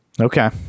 Okay